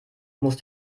muss